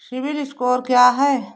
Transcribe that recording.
CIBIL score क्या है?